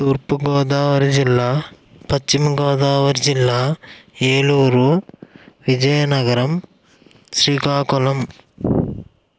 తూర్పు గోదావరి జిల్లా పశ్చిమ గోదావరి జిల్లా ఏలూరు విజయనగరం శ్రీకాకుళం